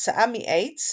כתוצאה מאיידס